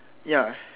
ya